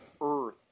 earth